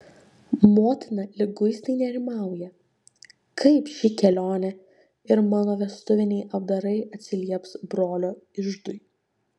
motina liguistai nerimauja kaip ši kelionė ir mano vestuviniai apdarai atsilieps brolio iždui